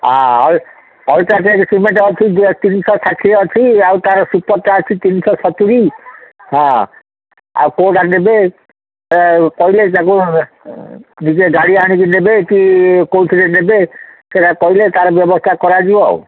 ହଁ ଆଉ UltraTech cement ଅଛି ତିନିଶହ ଷାଠିଏ ଅଛି ଆଉ ତାର ସୁପର୍ଟା ଅଛି ତିନିଶହ ସତୁରି ହଁ ଆଉ କେଉଁଟା ନେବେ କହିଲେ ତାକୁ ନିଜେ ଗାଡ଼ି ଆଣିକି ନେବେ କି କେଉଁଥିରେ ନେବେ ସେଇଟା କହିଲେ ତାର ବ୍ୟବସ୍ଥା କରାଯିବ ଆଉ